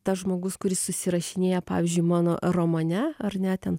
tas žmogus kuris susirašinėja pavyzdžiui mano romane ar ne ten